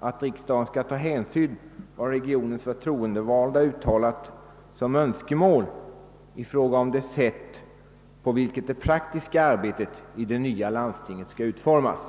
att riksdagen skall ta hänsyn till vad regionens förtroendevalda har uttalat som önskemål i fråga om det sätt varpå det praktiska arbetet i det nya landstinget skall bedrivas.